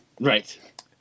Right